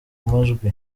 majwi